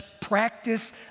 practice